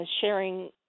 sharing